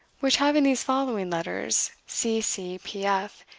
which having these following letters, c. c. p. f,